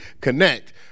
connect